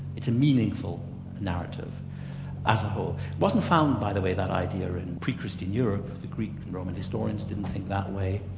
it's a meaningful narrative as a whole. it wasn't found by the way, that idea in pre-christian europe, the greek roman historians didn't think that way,